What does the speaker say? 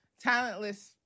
Talentless